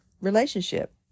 relationship